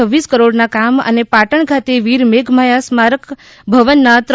રડ કરોડના કામ અને પાટણ ખાતે વીર મેઘમાયા સ્મારક ભવનના રૂ